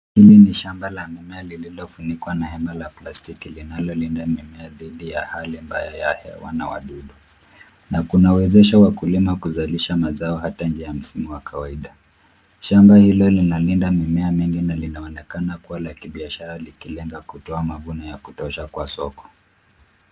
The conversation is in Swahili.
Hili ni shamba la mimea lililofunikwa na hema la plastiki linalolinda mimea dhidi ya hali mbaya ya hewa na wadudu na kuna kuwezesha wa kulima kuzalisha mazao hata njia ya msimu wa kawaida. Shamba hilo linalinda mimea mingi na linaonekana kuwa la kibiashara likilenga kutoa mavuno ya kutosha kwa soko.